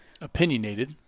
opinionated